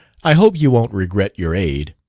i hope you won't regret your aid.